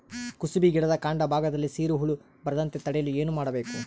ಕುಸುಬಿ ಗಿಡದ ಕಾಂಡ ಭಾಗದಲ್ಲಿ ಸೀರು ಹುಳು ಬರದಂತೆ ತಡೆಯಲು ಏನ್ ಮಾಡಬೇಕು?